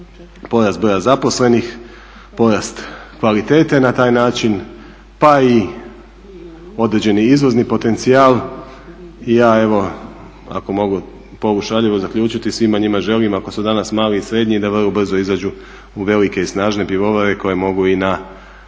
porast broja zaposlenih, porast kvalitete na taj način pa i određeni izvozni potencijal i ja evo ako mogu polušaljivo zaključiti, svima njima želim ako su danas mali i srednji da vrlo brzo izađu u velike i snažne pivovare koje mogu i na, ne